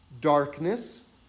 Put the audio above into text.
darkness